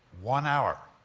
one hour.